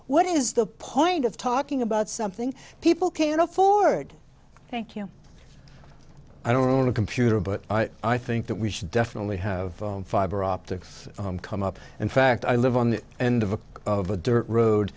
what is the point of talking about something people can't afford thank you i don't own a computer but i think that we should definitely have fiber optics come up in fact i live on the end of a of a dirt road